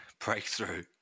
breakthrough